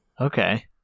Okay